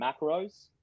macros